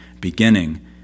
beginning